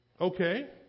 Okay